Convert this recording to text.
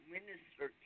Minister